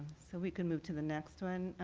so we can move to the next one.